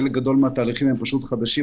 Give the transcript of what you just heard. חלק גדול מן התהליכים הם חדשים,